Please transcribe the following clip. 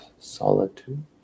solitude